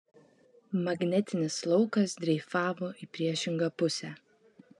magnetinis laukas dreifavo į priešingą pusę